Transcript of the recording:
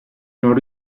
non